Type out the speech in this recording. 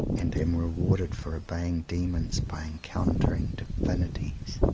and am rewarded for obeying demons by encountering divinities.